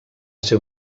ser